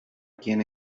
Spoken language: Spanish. quien